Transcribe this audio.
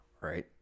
right